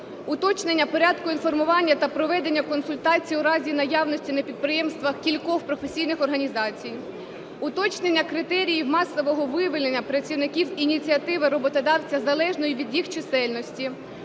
уточнення порядку інформування та проведення консультацій у разі наявності на підприємствах кількох професійних організацій, уточнення критеріїв масового вивільнення працівників з ініціативи роботодавця залежно від їх чисельності,